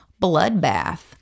bloodbath